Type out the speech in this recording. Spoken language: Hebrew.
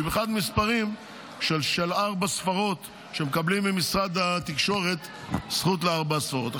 במיוחד מספרים של ארבע ספרות שמקבלים ממשרד התקשורת זכות לארבע ספרות.